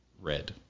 red